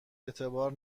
اعتبار